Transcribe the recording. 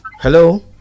hello